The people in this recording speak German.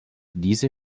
diese